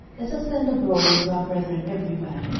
let us send abroad unto our brethren every where,